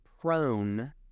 prone